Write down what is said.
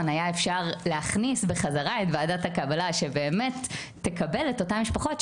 היה אפשר להכניס בחזרה את ועדת הקבלה שבאמת תקבל את אותן משפחות,